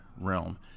realm